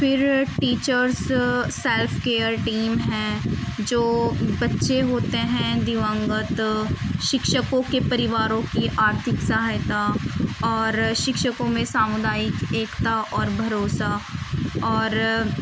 پھر teachers self care team ہے جو بچے ہوتے ہیں دیونگت سکشکوں کے پریواروں کی آرتھک سہایتا اور سکشکوں میں سامودائک ایکتا اور بھروسہ اور